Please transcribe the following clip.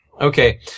Okay